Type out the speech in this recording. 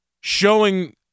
showing